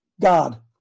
God